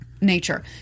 nature